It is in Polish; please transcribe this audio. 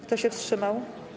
Kto się wstrzymał?